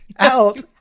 Out